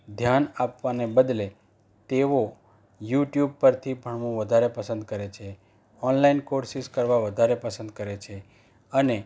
ધ્યાન આપવાને બદલે તેઓ યુટ્યુબ પરથી ભણવું વધારે પસંદ કરે છે ઓનલાઇન કોર્સીસ કરવા વધારે પસંદ કરે છે અને